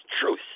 truth